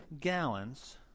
gallons